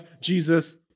Jesus